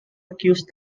accused